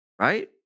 right